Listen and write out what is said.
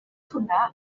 hwnna